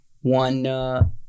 One